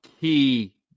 key